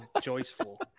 joyful